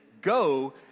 go